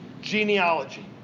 genealogy